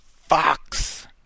Fox